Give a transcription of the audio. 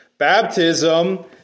Baptism